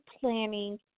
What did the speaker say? Planning